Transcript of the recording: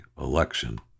election